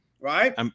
right